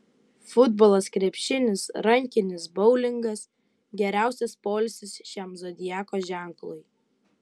futbolas krepšinis rankinis boulingas geriausias poilsis šiam zodiako ženklui